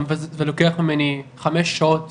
זה לוקח ממני 5 שעות